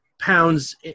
pounds